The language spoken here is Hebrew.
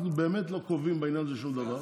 אנחנו באמת לא קובעים בעניין הזה שום דבר,